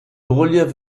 relief